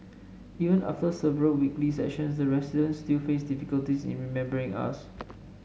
even after several weekly sessions the residents still faced difficulties in remembering us